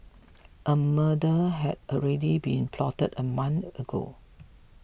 a murder had already been plotted a month ago